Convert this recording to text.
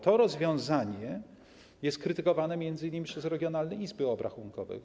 To rozwiązanie jest krytykowane m.in. przez regionalne izby obrachunkowe.